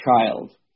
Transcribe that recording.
child